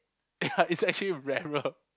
ya it's actually rarer